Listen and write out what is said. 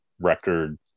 record